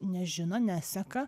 nežino neseka